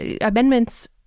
amendments